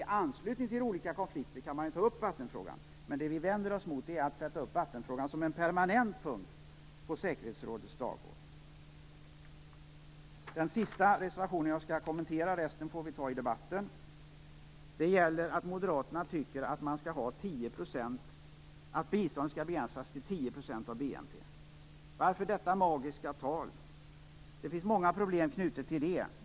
I anslutning till olika konflikter kan vattenfrågan tas upp, men det som vi vänder oss emot är att man skall sätta upp vattenfrågan som en permanent punkt på säkerhetsrådets dagordning. Den sista reservation som jag skall kommentera i mitt anförande - de resterande reservationerna får jag ta upp under debatten som följer - gäller moderaternas förslag om att biståndet skall begränsas till 10 % av BNP. Varför detta magiska tal? Det finns många problem knutet till det.